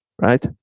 right